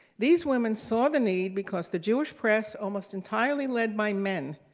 these women saw the need because the jewish press, almost entirely led by men,